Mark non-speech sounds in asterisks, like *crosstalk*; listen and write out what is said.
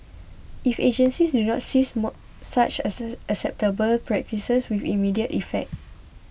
if agencies do not cease more such *unintelligible* unacceptable practices with immediate effect